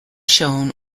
shown